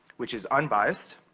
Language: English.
which is unbiased.